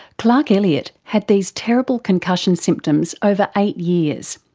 clark elliott had these terrible concussion symptoms over eight years.